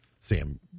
Sam